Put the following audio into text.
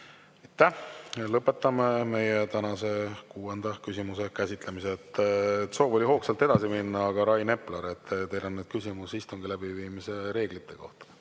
Aitäh! Lõpetame tänase kuuenda küsimuse käsitlemise. Soov oli hoogsalt edasi minna, aga Rain Epler, teil on nüüd küsimus istungi läbiviimise reeglite kohta.